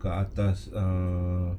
kat atas err